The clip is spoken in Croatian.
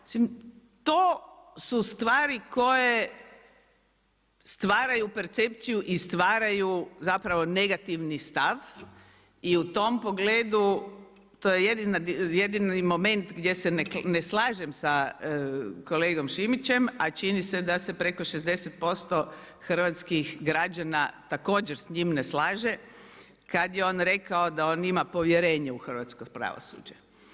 Mislim to su stvari koje stvaraju percepciju i stvaraju zapravo negativni stav i u tom pogledu, to je jedini moment, gdje se ne slažem sa kolegom Šimićem, a čini se da se preko 60% hrvatskih građana također s njim ne slaže, kad je on rekao da on ima povjerenje u hrvatsko pravosuđe.